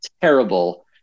terrible